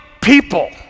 people